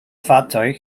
fahrzeug